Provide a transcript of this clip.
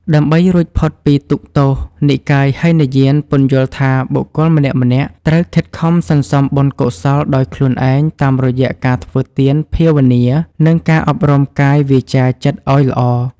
ដើម្បីរួចផុតពីទុក្ខទោស និកាយហីនយានពន្យល់ថាបុគ្គលម្នាក់ៗត្រូវខិតខំសន្សំបុណ្យកុសលដោយខ្លួនឯង តាមរយៈការធ្វើទាន ភាវនា និងការអប់រំកាយ វាចា ចិត្តឱ្យល្អ។